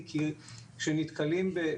הם כבר נערכים מראש,